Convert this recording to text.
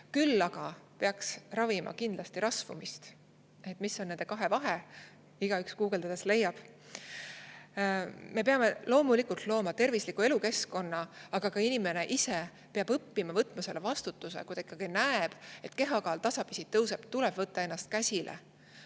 Küll aga peaks ravima kindlasti rasvumist. Mis on nende kahe vahe? Igaüks guugeldades leiab. Me peame loomulikult looma tervisliku elukeskkonna, aga ka inimene ise peab õppima võtma selle vastutuse. Kui ta ikkagi näeb, et kehakaal tasapisi tõuseb, tuleb võtta ennast käsile.